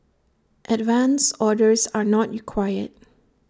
advance orders are not required